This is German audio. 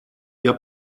ihr